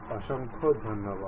অসংখ্য ধন্যবাদ